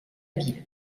ville